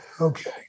Okay